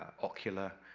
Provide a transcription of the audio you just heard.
ocular,